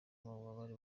bubabare